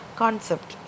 concept